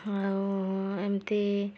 ଆଉ ଏମିତି